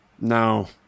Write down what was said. No